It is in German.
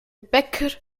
bäcker